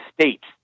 States